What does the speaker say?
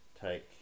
take